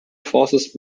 forces